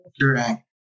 Correct